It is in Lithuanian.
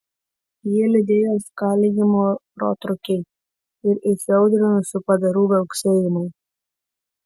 jį lydėjo skalijimo protrūkiai ir įsiaudrinusių padarų viauksėjimai